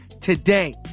today